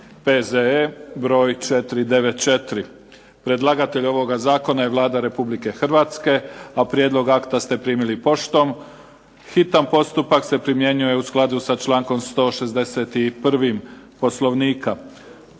P.Z.E. br. 494 Predlagatelj ovoga zakona je Vlada Republike Hrvatske. Prijedlog akta primili ste poštom. Hitni postupak se primjenjuje u skladu sa člankom 161. Poslovnika.